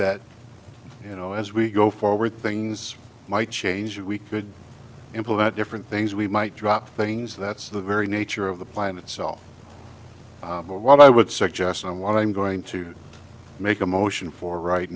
that you know as we go forward things might change we could implement different things we might drop things that's the very nature of the plan itself but what i would suggest and what i'm going to make a motion for right